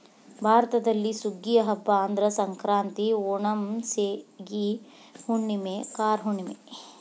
ಭಾರತದಲ್ಲಿ ಸುಗ್ಗಿಯ ಹಬ್ಬಾ ಅಂದ್ರ ಸಂಕ್ರಾಂತಿ, ಓಣಂ, ಸೇಗಿ ಹುಣ್ಣುಮೆ, ಕಾರ ಹುಣ್ಣುಮೆ